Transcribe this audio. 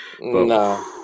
No